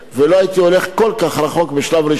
ולא הייתי הולך כל כך רחוק בשלב ראשון.